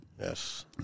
Yes